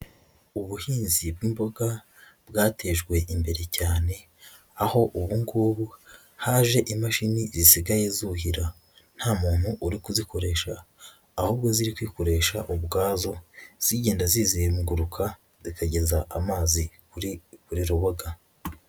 Ubuhinzi bw'imboga bwatejwe imbere cyane, aho ubungubu haje imashini zisigaye zuhira nta muntu uri kuzikoresha, ahubwo ziri kwikoresha ubwazo zigenda zizenguruka zikageza amazi kuri buri ruboga.